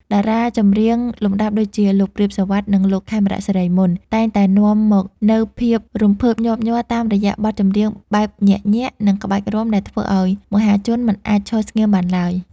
តារាចម្រៀងលំដាប់ដូចជា លោក ព្រាប សុវត្ថិ និងលោក ខេមរៈ សិរីមន្ត តែងតែនាំមកនូវភាពរំភើបញាប់ញ័រតាមរយៈបទចម្រៀងបែបញាក់ៗ និងក្បាច់រាំដែលធ្វើឱ្យមហាជនមិនអាចឈរស្ងៀមបានឡើយ។